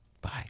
Bye